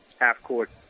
half-court